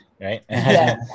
right